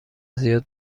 زیاد